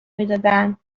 میدادن